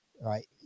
right